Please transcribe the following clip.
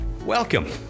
Welcome